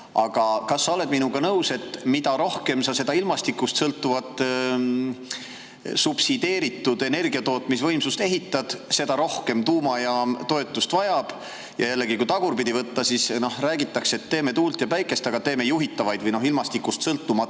Aga kas sa oled minuga nõus, et mida rohkem sa seda ilmastikust sõltuvat subsideeritud energiatootmisvõimsust ehitad, seda rohkem tuumajaam toetust vajab? Ja jällegi, kui tagurpidi võtta, räägitakse, et teeme tuult ja päikest, aga teeme juhitavaid või ilmastikust sõltumatuid